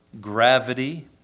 gravity